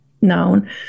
known